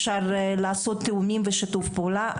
אפשר לעשות תיאומים ושיתוף פעולה,